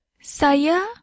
Saya